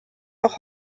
auch